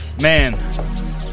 Man